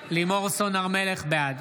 בעד